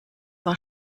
war